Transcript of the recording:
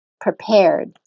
prepared